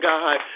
God